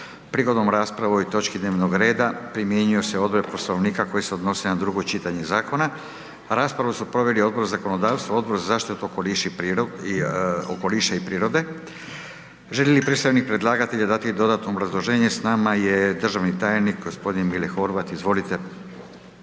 Prigodom rasprave o ovoj točki dnevnog reda primjenjuju se odredbe poslovnika koje se odnose na drugo čitanje zakona. Raspravu su proveli Odbor za zakonodavstvo, Odbor za zaštitu okoliša i prirode. Želi li predstavnik predlagatelja dati dodatno obrazloženje? S nama je državni tajnik, g. Mile Horvat, izvolite.